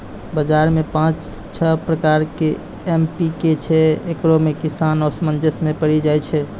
बाजार मे पाँच छह प्रकार के एम.पी.के छैय, इकरो मे किसान असमंजस मे पड़ी जाय छैय?